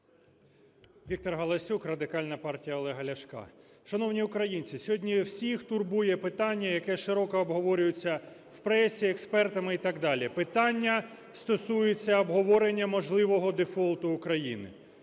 Віктор Галасюк, Радикальна партія Олега Ляшка. Шановні українці, сьогодні всіх турбує питання, яке широко обговорюється в пресі, експертами і так далі. Питання стосується обговорення можливого дефолту України.